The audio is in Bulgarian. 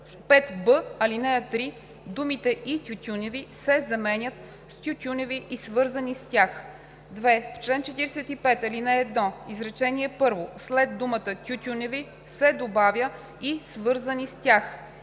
5б, ал. 3 думите „и тютюневи“ се заменят с „тютюневи и свързани с тях“. 2. В чл. 45, ал. 1, изречение първо след думата „тютюневи“ се добавя „и свързани с тях“.